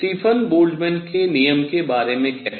Stephen Boltzmann के नियम के बारे में कैसे